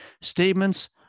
statements